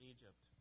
Egypt